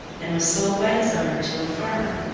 and was sold by his owner to a farmer.